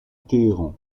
téhéran